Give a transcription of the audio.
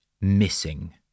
Missing